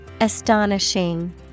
Astonishing